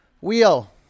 Wheel